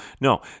no